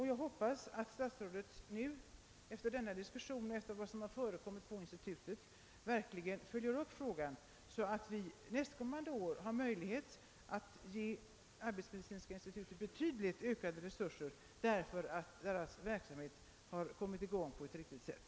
Jag hoppas att statsrådet nu efter denna diskussion och efter vad som förekommit på institutet verkligen följer upp frågan så att vi nästkommande år har möjlighet att ge arbetsmedicinska institutet betydligt ökade resurser därför att dess verksamhet då kommit i gång på ett riktigt sätt.